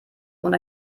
und